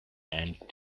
and